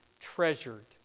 treasured